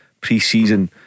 pre-season